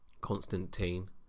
constantine